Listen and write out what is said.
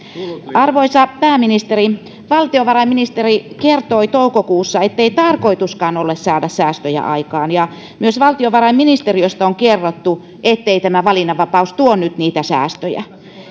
arvoisa pääministeri valtiovarainministeri kertoi toukokuussa ettei tarkoituskaan ole saada säästöjä aikaan ja myös valtiovarainministeriöstä on kerrottu ettei tämä valinnanvapaus tuo nyt niitä säästöjä